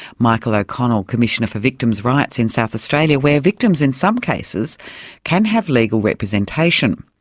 michael o'connell, commissioner for victims' rights in south australia where victims in some cases can have legal representation,